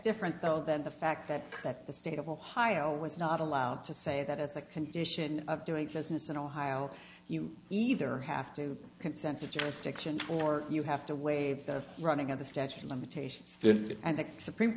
different though than the fact that that the state of ohio is not allowed to say that as a condition of doing business in ohio you either have to consent to jurisdiction or you have to waive the running of the statute of limitations and the supreme